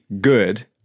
good